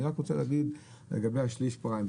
אני רק רוצה להגיד לגבי השליש פריים,